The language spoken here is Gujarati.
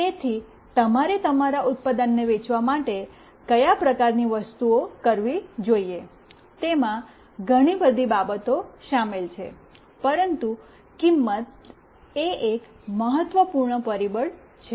તેથી તમારે તમારા ઉત્પાદનને વેચવા માટે કયા પ્રકારની વસ્તુઓ કરવી જોઈએ તેમાં ઘણી બધી બાબતો શામેલ છે પરંતુ કિંમત એ એક મહત્વપૂર્ણ પરિબળ છે